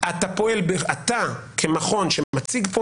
אתה כמכון שמציג כאן,